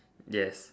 yes